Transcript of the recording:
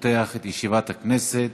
ישיבת הכנסת.